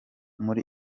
muri